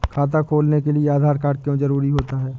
खाता खोलने के लिए आधार कार्ड क्यो जरूरी होता है?